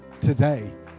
today